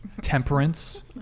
temperance